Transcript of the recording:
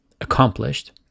accomplished